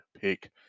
pick